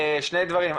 שני דברים,